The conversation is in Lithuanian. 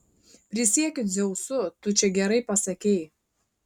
prisiekiu dzeusu tu čia gerai pasakei